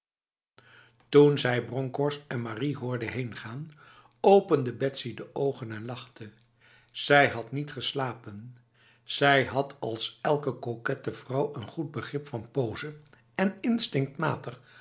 toen zij bronkhorst en marie hoorde heengaan opende betsy de ogen en lachte zij had niet geslapen zij had als elke kokette vrouw een goed begrip van pose en